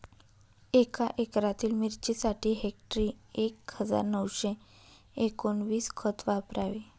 एका एकरातील मिरचीसाठी हेक्टरी एक हजार नऊशे एकोणवीस खत वापरावे